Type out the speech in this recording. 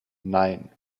nein